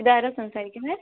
ഇതാരാണ് സംസാരിക്കുന്നത്